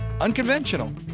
Unconventional